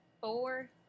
four